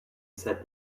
said